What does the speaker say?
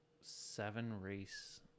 seven-race